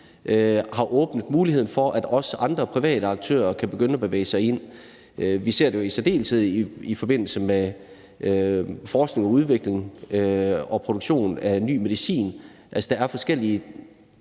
har åbnet muligheden for, at også private aktører kan begynde at bevæge sig ind. Vi ser det jo i særdeleshed i forbindelse med forskning, udvikling og produktion af ny medicin. Der er forskellige